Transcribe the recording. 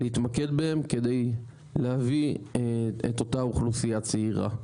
להתמקד בהם כדי להביא את אותה אוכלוסייה צעירה,